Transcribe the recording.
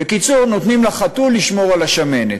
בקיצור, נותנים לחתול לשמור על השמנת.